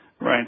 Right